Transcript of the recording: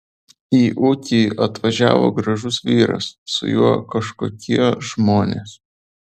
į ūkį atvažiavo gražus vyras su juo kažkokie žmonės